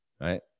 right